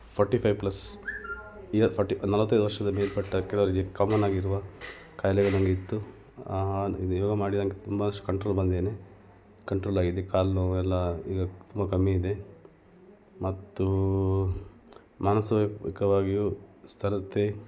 forty five plus year forty ನಲ್ವತ್ತೈದು ವರ್ಷದ ಮೇಲ್ಪಟ್ಟ ಕೆಲವರಿಗೆ ಕಾಮನ್ನಾಗಿರುವ ಖಾಯ್ಲೆಗಳು ನನಗಿತ್ತು ಇದು ಯೋಗ ಮಾಡಿ ನನಗೆ ತುಂಬಾ ಕಂಟ್ರೋಲ್ ಬಂದಿದ್ದೇನೆ ಕಂಟ್ರೋಲಾಗಿದೆ ಕಾಲು ನೋವೆಲ್ಲಾ ಈಗ ತುಂಬ ಕಮ್ಮಿ ಇದೆ ಮತ್ತು ಮಾನಸಿಕವಾಗಿಯೂ ಸ್ಥಿರತೆ